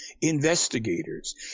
investigators